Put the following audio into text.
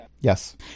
Yes